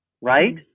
right